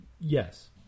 Yes